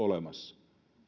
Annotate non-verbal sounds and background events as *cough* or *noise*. *unintelligible* olemassa